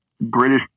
British